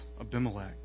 Abimelech